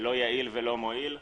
לא יעיל ולא מועיל.